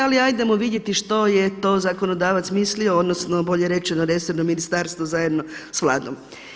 Ali hajdemo vidjeti što je to zakonodavac mislio, odnosno bolje rečeno resorno ministarstvo zajedno sa Vladom.